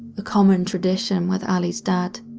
a common tradition with allie's dad.